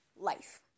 Life